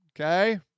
Okay